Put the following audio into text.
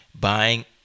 buying